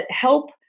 help